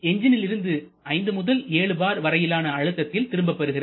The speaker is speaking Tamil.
எஞ்சினில் இருந்து 5 முதல் 7 bar வரையிலான அழுத்தத்தில் திரும்ப பெறுகிறார்